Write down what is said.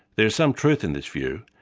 there is some truth in this view,